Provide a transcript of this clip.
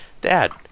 Dad